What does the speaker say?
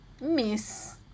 Miss